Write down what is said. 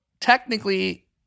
technically